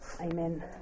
amen